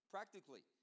Practically